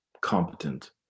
competent